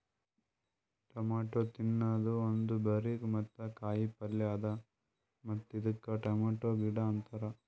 tomato ಒಂದ್ ತಿನ್ನದ berry ಮತ್ತ ಕಾಯಿ ಪಲ್ಯ ಅದಾ ಮತ್ತ ಇದಕ್ ಟೊಮೇಟೊ ಗಿಡ ಅಂತಾರ್